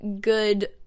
good